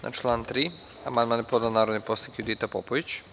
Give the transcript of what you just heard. Na član 3. amandman je podnela narodna poslanica Judita Popović.